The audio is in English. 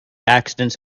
accidents